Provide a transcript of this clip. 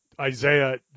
Isaiah